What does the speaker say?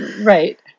right